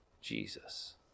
Jesus